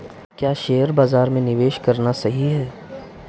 क्या शेयर बाज़ार में निवेश करना सही है?